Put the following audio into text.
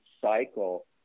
cycle